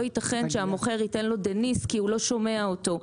ייתכן שהמוכר ייתן לו דניס כי הוא לא שומע אותו,